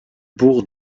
bourg